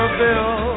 bill